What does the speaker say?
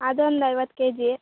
ಅದೊಂದು ಐವತ್ತು ಕೆಜಿ